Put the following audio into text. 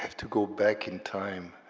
to go back in time,